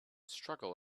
struggle